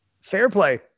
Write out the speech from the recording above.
Fairplay